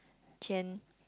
Jen